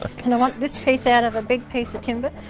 ah kind of want this piece out of a big piece of timber